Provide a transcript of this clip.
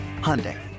Hyundai